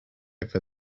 over